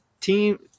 team